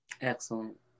Excellent